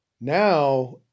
now